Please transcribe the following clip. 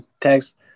text